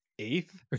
Eighth